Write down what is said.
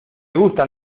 gustan